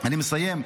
אני מסיים.